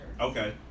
Okay